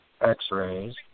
x-rays